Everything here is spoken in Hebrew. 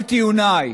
כל טיעוניי,